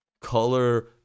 color